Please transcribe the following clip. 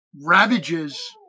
Ravages